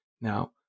Now